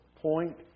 point